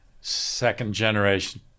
second-generation